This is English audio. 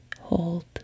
Hold